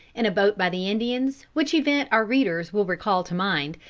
in a boat by the indians, which event our readers will recall to mind,